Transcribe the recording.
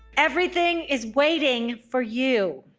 everything is waiting for you.